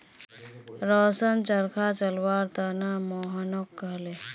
रोशन चरखा चलव्वार त न मोहनक कहले